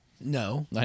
No